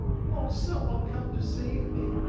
won't someone come to save me?